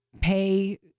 pay